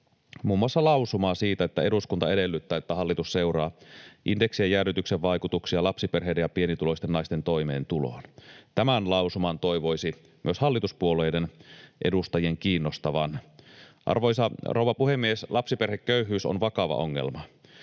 muun muassa lausumaa, että ”eduskunta edellyttää, että hallitus seuraa indeksien jäädytyksen vaikutuksia lapsiperheiden ja pienituloisten naisten toimeentuloon”. Tämän lausuman toivoisi kiinnostavan myös hallituspuolueiden edustajia. Arvoisa rouva puhemies! Lapsiperheköyhyys on vakava ongelma.